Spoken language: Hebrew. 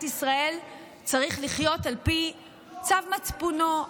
ישראל צריך לחיות על פי צו מצפונו,